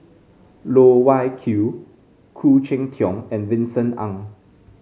Loh Wai Kiew Khoo Cheng Tiong and Vincent Ng